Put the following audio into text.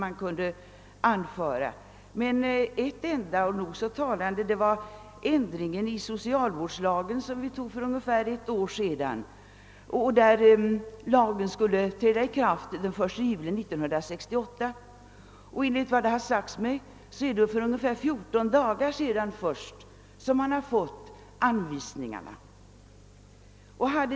Ytterligare ett och nog så talande exempel är den ändring i socialvårdslagen som vi antog för ungefär ett år sedan. Lagen skulle träda i kraft den 1 juli 1968, men enligt vad som sagts mig har man först för ungefär 14 dagar sedan fått anvisningarna.